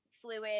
fluid